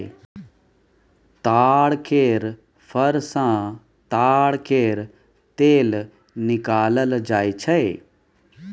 ताड़ केर फर सँ ताड़ केर तेल निकालल जाई छै